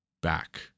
back